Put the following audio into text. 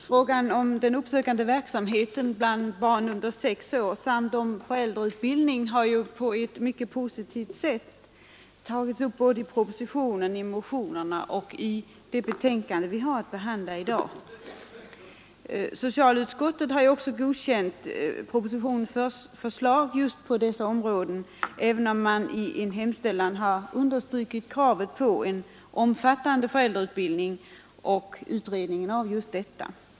Herr talman! Frågan om uppsökande verksamhet bland barn under sex år samt om föräldrautbildning har på ett mycket positivt sätt tagits upp såväl i proposition och motioner som i det betänkande från socialutskottet som vi i dag har att behandla. Socialutskottet har också godkänt propositionens förslag på dessa områden, även om det i en hemställan understryker kravet på en omfattande föräldrautbildning och utredning av just detta.